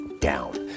down